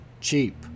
Cheap